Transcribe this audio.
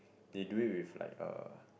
they do it with like uh